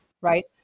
right